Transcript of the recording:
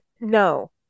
No